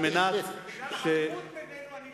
ובגלל החברות בינינו,